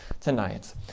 tonight